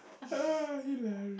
ah hilarious